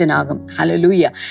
Hallelujah